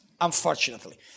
unfortunately